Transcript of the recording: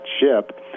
ship